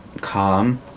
calm